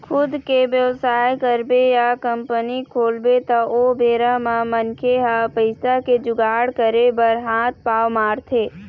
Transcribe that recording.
खुद के बेवसाय करबे या कंपनी खोलबे त ओ बेरा म मनखे ह पइसा के जुगाड़ करे बर हात पांव मारथे